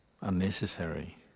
unnecessary